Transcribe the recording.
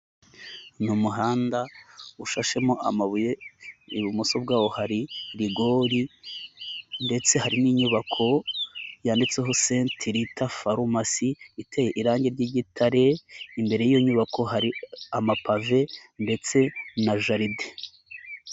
Ni umuhanda ushashemo amabuye, ibumoso bwawo hari rigori ndetse hari n'inyubako yanditseho Saint Rita farumasi, iteye irangi ry'igitare, imbere y'iyo nyubako hari amapave ndetse na jaride.